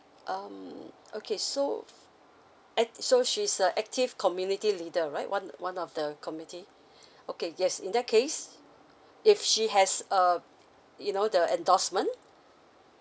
um okay so and so she's a active community leader right one one of the community okay yes in that case if she has uh you know the endorsement